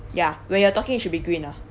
ya when you're talking it should be green ah